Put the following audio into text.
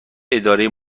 اداره